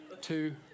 two